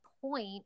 point